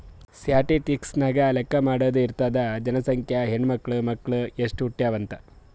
statistics ನಾಗ್ ಲೆಕ್ಕಾ ಮಾಡಾದು ಇರ್ತುದ್ ಜನಸಂಖ್ಯೆ, ಹೆಣ್ಮಕ್ಳು, ಮಕ್ಕುಳ್ ಎಸ್ಟ್ ಹುಟ್ಯಾವ್ ಅಂತ್